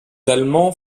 allemands